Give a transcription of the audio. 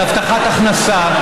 על הבטחת הכנסה,